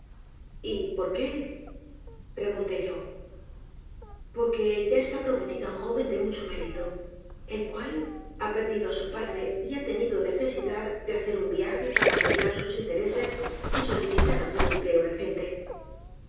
tia ypor qué pregunté yo porque ya está prometida á un j o ven de mucho mérito el cual ha perdido á su padre y ha tenido necesidad de hacer un viaje para arreglar sus intereses y solicitar algún empleo decente